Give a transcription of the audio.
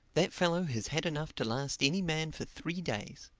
that fellow has had enough to last any man for three days.